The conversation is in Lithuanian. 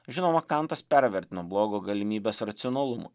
žinoma kantas pervertino blogio galimybės racionalumą